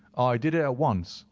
i did it at once,